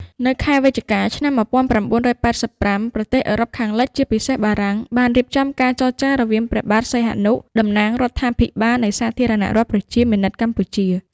នៅខែវិច្ឆិកា ១៩៨៥ប្រទេសអឺរ៉ុបខាងលិច ជាពិសេសបារាំង បានរៀបចំការចរចារវាងព្រះបាទសីហនុតំណាងរដ្ឋាភិបាលនៃសាធារណៈរដ្ឋប្រជាមានិតកម្ពុជា ។